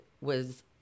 was-